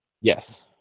Yes